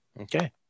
Okay